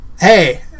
Hey